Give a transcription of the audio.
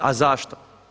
A zašto?